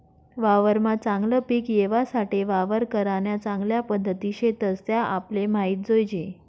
वावरमा चागलं पिक येवासाठे वावर करान्या चांगल्या पध्दती शेतस त्या आपले माहित जोयजे